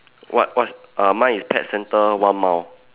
what what err mine is pet centre one mile